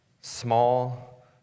small